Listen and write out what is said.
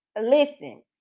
listen